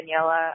Daniela